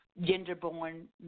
gender-born